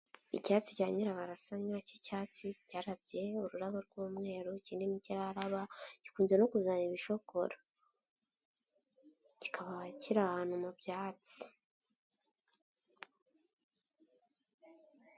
Icyatsi cya nyirabarasanya cy'icyatsi, cyarabye ururabo rw'umweru, ikindi ntikiraraba, gikunze no kuzana ibishokoro. Kikaba kiri ahantu mu byatsi.